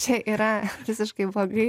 čia yra visiškai blogai